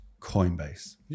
Coinbase